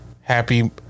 Happy